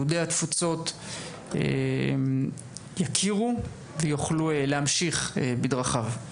יהודי התפוצות יכירו ויוכלו להמשיך בדרכיו.